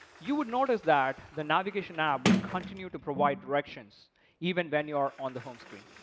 you would notice that the navigation app would continue to provide directions even when you are on the home screen.